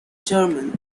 german